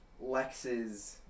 Lex's